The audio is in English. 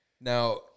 Now